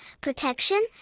protection